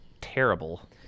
terrible